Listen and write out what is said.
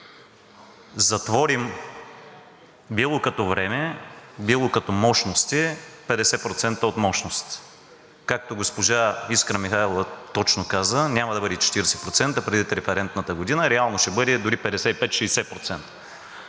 затворим било като време, било като мощности 50% от мощностите. Както госпожа Искра Михайлова точно каза, няма да бъде 40% предвид референтната година. Реално ще бъде дори 55 – 60%.